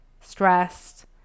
stressed